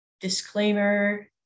disclaimer